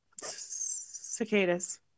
Cicadas